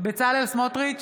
בצלאל סמוטריץ'